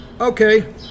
Okay